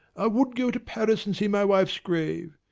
i would go to paris and see my wife's grave.